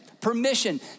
permission